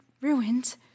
ruined